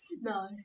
No